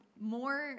more